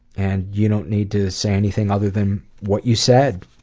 and you don't need to say anything other than what you said.